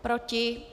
Proti?